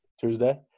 Tuesday